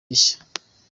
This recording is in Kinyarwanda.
gishya